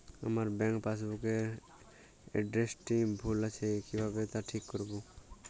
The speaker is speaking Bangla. আমার ব্যাঙ্ক পাসবুক এর এড্রেসটি ভুল আছে কিভাবে তা ঠিক করবো?